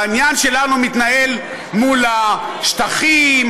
העניין שלנו מתנהל מול השטחים,